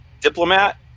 diplomat